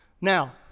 Now